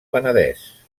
penedès